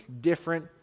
different